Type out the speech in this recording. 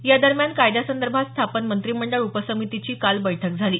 या दरम्यान कायद्यांसंदर्भात स्थापन मंत्रिमंडळ उपसमितीची काल बैठक झाली